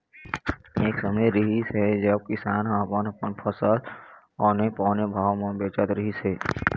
एक समे रिहिस हे जब किसान ह अपन फसल ल औने पौने भाव म बेचत रहिस हे